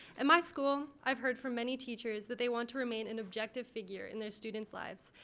at my school. i've heard from many teachers that they want to remain an objective figure in their students lives.